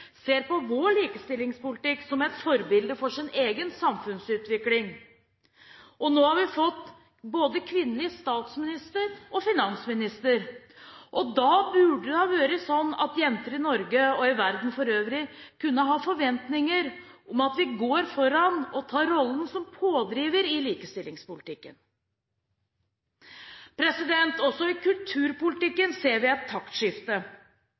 ser på vår likestillingspolitikk som et forbilde for sin egen samfunnsutvikling. Nå har vi fått både kvinnelig statsminister og finansminister. Da burde det vært slik at jenter i Norge og i verden for øvrig kunne ha forventninger om at vi går foran og tar rollen som pådriver i likestillingspolitikken. Også i kulturpolitikken ser vi et taktskifte.